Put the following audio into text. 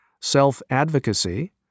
self-advocacy